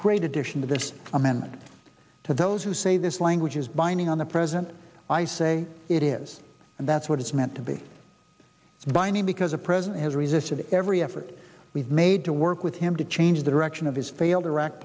great addition to this amendment to those who say this language is binding on the president i say it is and that's what it's meant to be binding because the president has resisted every effort we've made to work with him to change the direction of his failed iraq